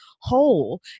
whole